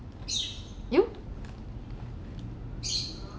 you